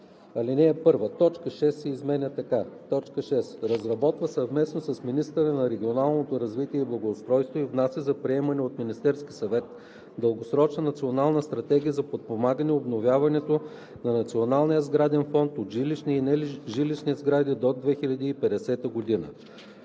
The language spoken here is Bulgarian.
така: „6. разработва съвместно с министъра на регионалното развитие и благоустройството и внася за приемане от Министерския съвет дългосрочна национална стратегия за подпомагане обновяването на националния сграден фонд от жилищни и нежилищни сгради до 2050 г.;“.